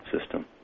system